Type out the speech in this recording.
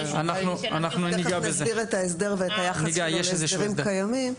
תכף נסביר את ההסדר ואת היחס שלו להסדרים קיימים.